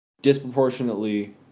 disproportionately